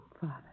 Father